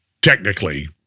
technically